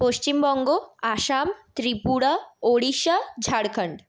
Paschimbanga Assam Tripura Odisha Jharkhand